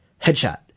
headshot